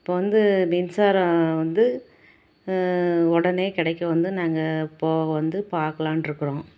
இப்போ வந்து மின்சாரம் வந்து உடனே கிடைக்க வந்து நாங்கள் இப்போது வந்து பார்க்கலான்ட்ருக்குறோம்